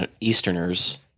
Easterners